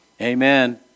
Amen